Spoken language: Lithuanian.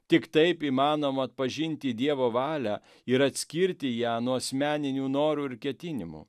tik taip įmanoma atpažinti dievo valią ir atskirti ją nuo asmeninių norų ir ketinimų